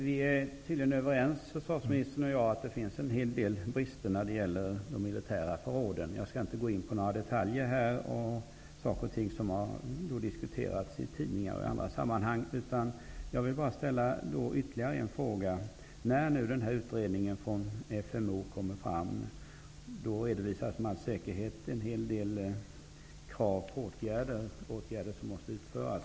Herr talman! Försvarsministern och jag är tydligen överens om att det finns en hel del brister när det gäller de militära förråden. Jag skall inte gå in på några detaljer här. Dessa saker har diskuterats i tidningar och i andra sammanhang. Jag vill bara ställa ytterligare en fråga. När den här utredningen från FMO kommer, redovisas med all säkerhet en hel del krav på åtgärder som måste utföras.